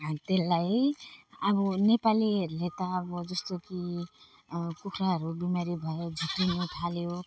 हामी त्यसलाई अब नेपालीहरूले त अब जस्तो कि कुखुराहरू बिमारी भयो झुक्रिनु थाल्यो